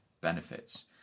benefits